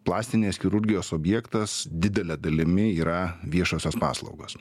plastinės chirurgijos objektas didele dalimi yra viešosios paslaugos